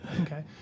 Okay